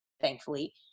thankfully